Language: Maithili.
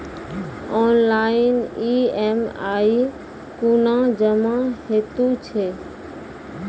ऑनलाइन ई.एम.आई कूना जमा हेतु छै?